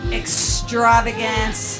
extravagance